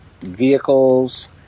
vehicles